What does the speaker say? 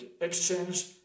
Exchange